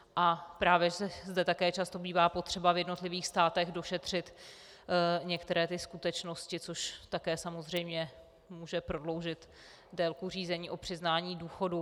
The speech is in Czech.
A právě zde také často bývá potřeba v jednotlivých státech došetřit některé skutečnosti, což samozřejmě může prodloužit délku řízení o přiznání důchodu.